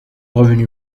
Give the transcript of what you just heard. revenu